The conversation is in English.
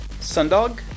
Sundog